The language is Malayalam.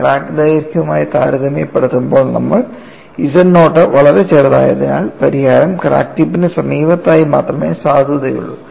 ക്രാക്ക് ദൈർഘ്യവുമായി താരതമ്യപ്പെടുത്തുമ്പോൾ നമ്മൾ z നോട്ട് വളരെ ചെറുതായതിനാൽ പരിഹാരം ക്രാക്ക് ടിപ്പിന് സമീപത്തായി മാത്രമേ സാധുതയുള്ളൂ